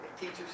teachers